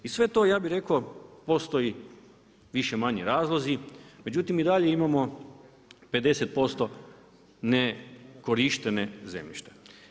I sve to ja bi rekao, postoji više-manje razlozi, međutim i dalje imamo 50% nekorišteno zemljište.